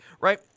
Right